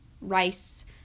rice